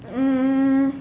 um